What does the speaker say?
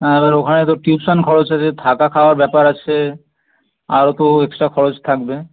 আর ওখানে তো টিউশান খরচ আছে থাকা খাওয়ার ব্যাপার আছে আরও তো এক্সট্রা খরচ থাকবে